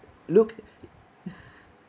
look